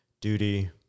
duty